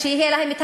ברשותך.